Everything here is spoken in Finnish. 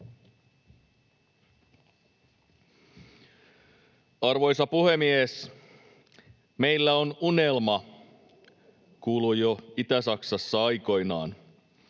Arvoisa puhemies! ”Meillä on unelma”, kuului jo Itä-Saksassa aikoinaan.